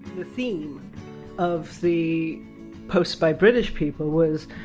the theme of the posts by british people was!